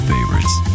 Favorites